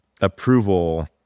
approval